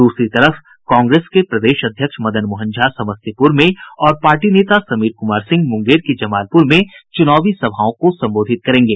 दूसरी तरफ कांग्रेस के प्रदेश अध्यक्ष मदन मोहन झा समस्तीपूर में और पार्टी नेता समीर कुमार सिंह मूंगेर के जमालपूर में चुनावी सभाओं को संबोधित करेंगे